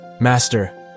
Master